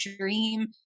dream